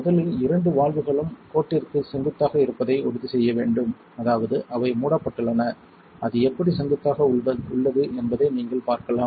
முதலில் இந்த இரண்டு வால்வுகளும் கோட்டிற்கு செங்குத்தாக இருப்பதை உறுதி செய்ய வேண்டும் அதாவது அவை மூடப்பட்டுள்ளன அது எப்படி செங்குத்தாக உள்ளது என்பதை நீங்கள் பார்க்கலாம்